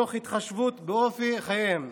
תוך התחשבות באופי חייהם,